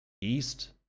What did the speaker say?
East